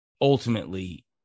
ultimately